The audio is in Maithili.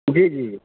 जी जी